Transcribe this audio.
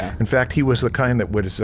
in fact, he was the kind that was